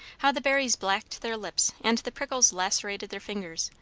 how the berries blacked their lips and the prickles lacerated their fingers,